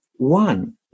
One